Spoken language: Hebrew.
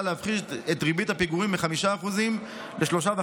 להפחית את ריבית הפיגורים מ-5% ל-3.5%.